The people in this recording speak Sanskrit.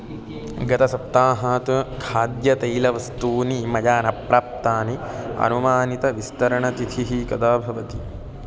गतसप्ताहात् खाद्यतैलवस्तूनि मया न प्राप्तानि अनुमानितविस्तरणतिथिः कदा भवति